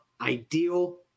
ideal